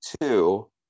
two